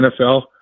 NFL